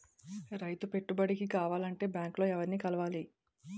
రైతు పెట్టుబడికి కావాలంటే బ్యాంక్ లో ఎవరిని కలవాలి?